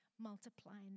multiplying